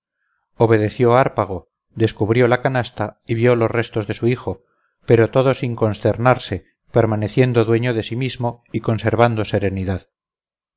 obedeció hárpago descubrió la canasta y vio los restos de su hijo pero todo sin consternarse permaneciendo dueño de sí mismo y conservando serenidad